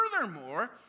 furthermore